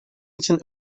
için